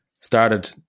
started